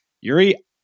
Yuri